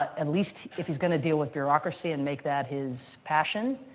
at least if he's going to deal with bureaucracy and make that his passion,